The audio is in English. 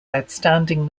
outstanding